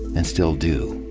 and still do.